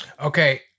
Okay